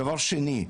דבר שני,